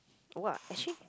!wah! actually